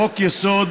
חוק-יסוד: